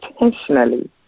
intentionally